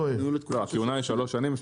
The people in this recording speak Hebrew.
הכהונה היא שלוש שנים.